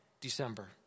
December